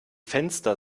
fenster